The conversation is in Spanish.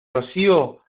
rocío